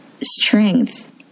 strength